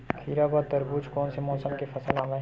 खीरा व तरबुज कोन से मौसम के फसल आवेय?